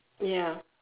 ya